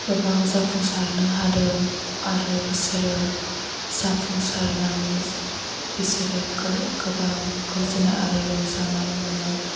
गोबां जाफुंसारनो हादों आरो बिसोरो जाफुंसारनानै बिसोरो गोबां गोजोन्नाय आरो रंजानाय मोनो